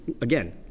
again